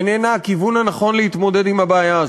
איננה הכיוון הנכון להתמודד עם הבעיה הזאת.